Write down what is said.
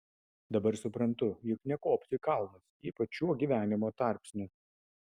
dabar suprantu jog nekopsiu į kalnus ypač šiuo gyvenimo tarpsniu